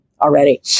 already